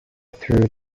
through